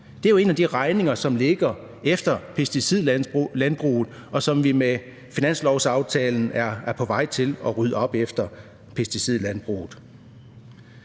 Det er jo en af de regninger, som ligger efter pesticidlandbruget, som vi med finanslovsaftalen er på vej til at rydde op efter. Så er der andre